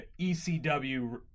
ECW